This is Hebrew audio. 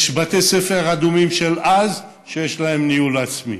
יש בתי ספר אדומים של אז שיש להם ניהול עצמי.